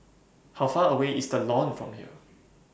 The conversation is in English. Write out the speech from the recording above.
How Far away IS The Lawn from here